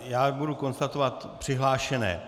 Já budu konstatovat přihlášené.